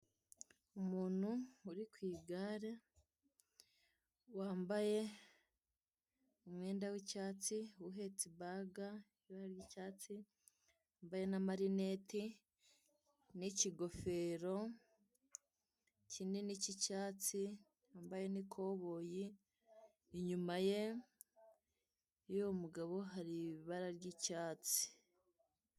Umuntu uri ku igare wambaye umwenda w'icyatsi uhetse baga y'icyatsi wambaye na amarineti nikigofero kinini cy'icyatsi, yambaye nikoboyi inyuma yuwo mugabo hari ibara ry'icyatsi.